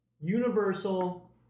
Universal